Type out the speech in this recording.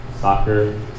soccer